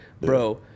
bro